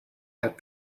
had